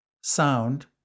sound